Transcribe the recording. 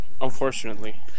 unfortunately